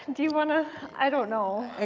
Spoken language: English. do you want to i don't know.